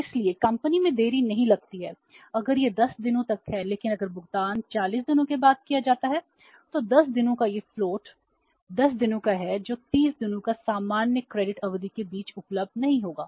इसलिए कंपनी में देरी नहीं लगती है अगर यह 10 दिनों तक है लेकिन अगर भुगतान 40 दिनों के बाद किया जाता है तो 10 दिनों का यह फ्लोट 10 दिनों का है जो 30 दिनों की सामान्य क्रेडिट अवधि के बीच उपलब्ध नहीं होगा